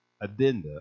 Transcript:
addenda